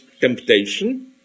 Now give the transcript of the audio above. temptation